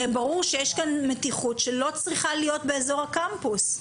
הרי ברור שיש כאן מתיחות שלא צריכה להיות באיזור הקמפוס.